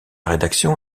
rédaction